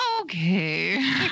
okay